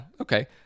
Okay